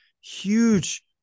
huge